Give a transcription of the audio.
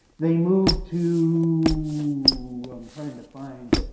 they move to i'm trying to find,